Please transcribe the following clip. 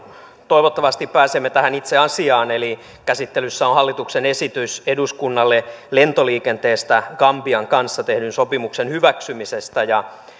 toivottavasti pääsemme tähän itse asiaan eli käsittelyssä on hallituksen esitys eduskunnalle lentoliikenteestä gambian kanssa tehdyn sopimuksen hyväksymisestä ja